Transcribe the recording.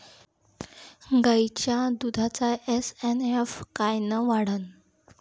गायीच्या दुधाचा एस.एन.एफ कायनं वाढन?